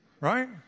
Right